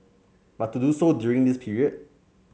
but to do so during this period